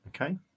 Okay